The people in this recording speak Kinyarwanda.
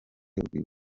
urwibutso